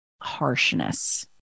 harshness